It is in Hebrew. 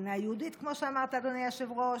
מדינה יהודית, כמו שאמרת, אדוני היושב-ראש.